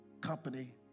company